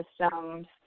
systems